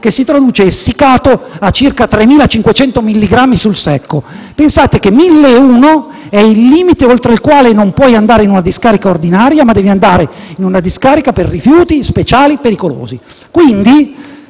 che si traduce in circa 3.500 milligrammi sul secco. Pensate che 1.001 è il limite oltre il quale non si può andare in una discarica ordinaria, ma si deve andare in una discarica per rifiuti speciali pericolosi.